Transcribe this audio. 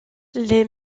les